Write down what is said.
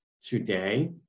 today